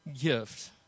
gift